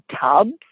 tubs